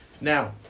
Now